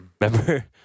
Remember